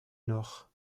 nord